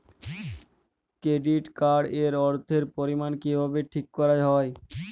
Credit card এর অর্থের পরিমান কিভাবে ঠিক করা হয়?